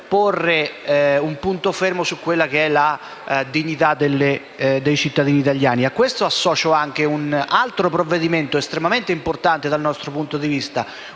porre un punto fermo sulla dignità dei cittadini italiani. A questo associo anche un altro provvedimento estremamente importante dal nostro punto di vista,